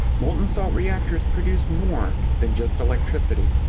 molten salt reactors produce more than just electricity.